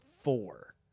four